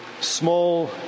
small